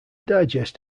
digest